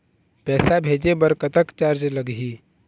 पैसा भेजे बर कतक चार्ज लगही?